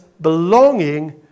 belonging